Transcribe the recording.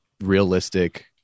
realistic